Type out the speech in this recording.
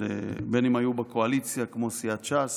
בין שהן היו בקואליציה כמו סיעת ש"ס